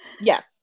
Yes